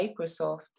Microsoft